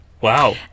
Wow